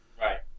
Right